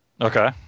Okay